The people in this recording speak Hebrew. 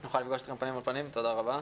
נוכל לפגוש אתכם פנים מול פנים, תודה רבה.